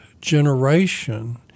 generation